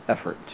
effort